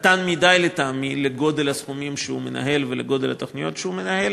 קטן מדי לטעמי לגודל הסכומים שהוא מנהל ולגודל התוכנית שהוא מנהל,